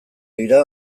dira